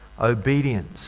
obedience